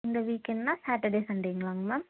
இந்த வீக்கென்ட்னால் சாட்டர்டே சண்டேங்ளாங்க மேம்